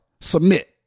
submit